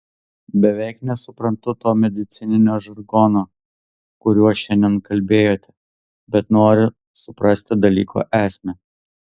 beveik nesuprantu to medicininio žargono kuriuo šiandien kalbėjote bet noriu suprasti dalyko esmę